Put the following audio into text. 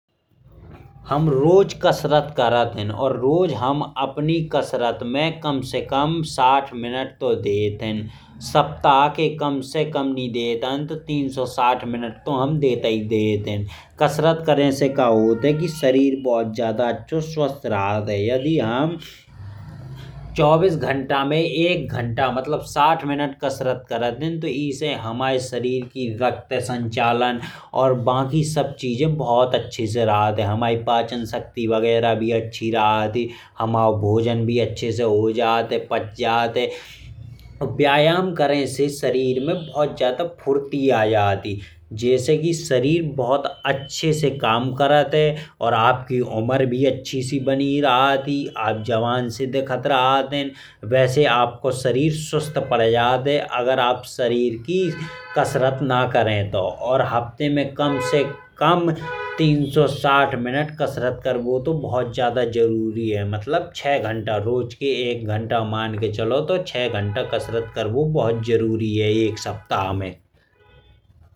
हम रोज कसरत करत हैं। और रोज हम अपनी कसरत में कम से कम साथ मिनट तो देत हैं। सप्ताह के कम से कम नई देत आन तो तीन सौ साठ मिनट तो हम देतै देत हैं। कसरत करन से का होत है कि शरीर बहुत ज्यादा स्वस्थ रहत है। यदि हम चौबीस घंटे में एक घंटा। मतलब साथ मिनट कसरत करत हैं। तो इससे हमारे शरीर की रकत संचार और बाकी सब चीजें बहुत अच्छे से रहत हैं। हमारी पाचन शक्ति वगैरह भी अच्छी हो रहत ही। और हमारा भोजन भी अच्छे से पच जात है। व्यायाम करे से शरीर में बहुत ज्यादा फुर्ती आ जाती है। जैसे कि शरीर बहुत अच्छे से काम करत है। और आपकी उमर भी अच्छी तरह से बानी रहत है। आप जवान से दिखत रहत हैं। वैसे आप को शरीर सुस्त पड जात है। अगर आप शरीर की कसरत ना करैं। तो और सप्ताह में कम से कम तीन सौ साथ मिनट कसरत करबो तो बहुत ज्यादा जरूरी है। मतलब छह घंटा रोज एक घंटा। मन केह चलो तो छह घंटा कसरत करबो जरूरी है एक सप्ताह में।